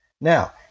Now